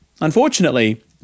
Unfortunately